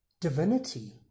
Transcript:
divinity